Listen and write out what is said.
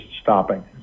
stopping